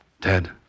Ted